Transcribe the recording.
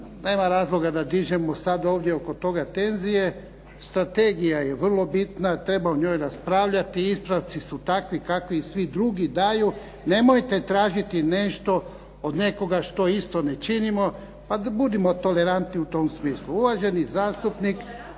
nema razloga da dižemo ovdje sada oko toga tenzije, strategija je vrlo bitna, treba o njoj raspravljati, ispravci su takvi kakvi svi drugi daju. Nemojte tražiti nešto od nekoga što isto ne činimo, pa budimo tolerantni u tom smislu. Uvaženi zastupnik